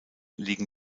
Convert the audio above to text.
liegen